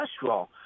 cholesterol